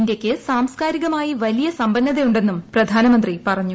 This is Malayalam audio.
ഇന്ത്യയ്ക്ക് സാംസ്കാരികമായി വലിയ സമ്പന്നതയുണ്ടെന്നും പ്രധാനമന്ത്രി പറഞ്ഞു